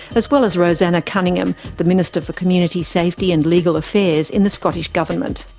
as well as roseanna cunningham, the minister for community safety and legal affairs in the scottish government.